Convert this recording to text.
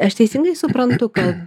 aš teisingai suprantu kad